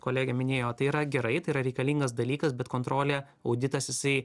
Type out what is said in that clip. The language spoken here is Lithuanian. kolegė minėjo tai yra gerai tai yra reikalingas dalykas bet kontrolė auditas jisai